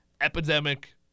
epidemic